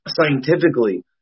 scientifically